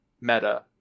meta